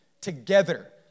together